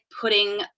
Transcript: putting